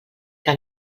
que